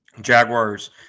Jaguars